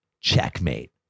Checkmate